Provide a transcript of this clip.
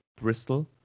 Bristol